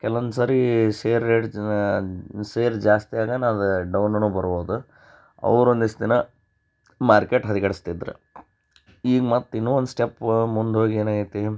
ಕೆಲವೊಂದು ಸರಿ share rate ಸೇರ್ ಜಾಸ್ತಿ ಆಗ್ಯನ ಅದು ಡೌನೂನು ಬರ್ಬೋದು ಅವ್ರು ಒಂದಿಷ್ಟು ದಿನ ಮಾರ್ಕೇಟ್ ಹದ್ಗೆಡ್ಸ್ತಿದ್ರು ಈಗ ಮತ್ತೆ ಇನ್ನೂ ಒಂದು ಸ್ಟೆಪ್ಪ ಮುಂದೋಗಿ ಏನಾಗೈತಿ